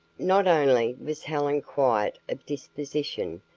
not only was helen quiet of disposition,